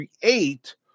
create